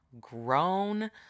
grown